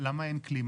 למה אין כלי?